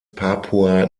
papua